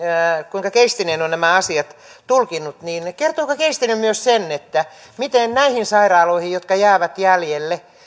kuinka keistinen on nämä asiat tulkinnut niin kertoiko keistinen myös sen miten näihin sairaaloihin jotka jäävät jäljelle